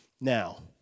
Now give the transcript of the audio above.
Now